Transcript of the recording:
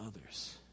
others